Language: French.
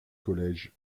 college